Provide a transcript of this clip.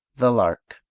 the lark